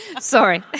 Sorry